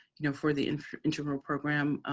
you know, for the intramural program.